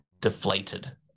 deflated